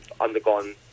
undergone